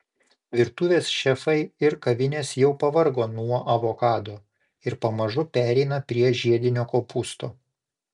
virtuvės šefai ir kavinės jau pavargo nuo avokado ir pamažu pereina prie žiedinio kopūsto